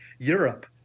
Europe